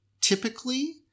typically